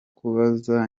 kubaza